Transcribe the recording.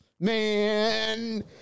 man